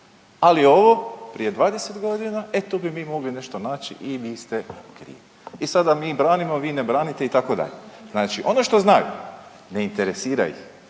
Ali ovo prije 20 godina e tu bi mi mogli nešto naći i vi ste krivi. I sada mi branimo, vi ne branite itd. Znači ono što znaju ne interesira ih